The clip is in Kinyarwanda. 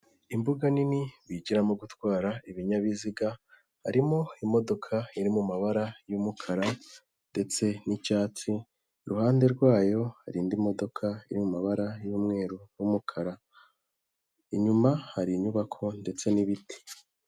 Imbuga nini bigiramo gutwara ibinyabiziga harimo imodoka iri mu mabara y'umukara ndetse n'icyatsi, iruhande rwayo hari indi modoka iri mu mabara y'umweru n'umukara, inyuma hari inyubako ndetse n'ibiti.